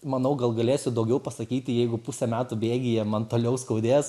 manau gal galėsiu daugiau pasakyti jeigu pusę metų bėgyje man toliau skaudės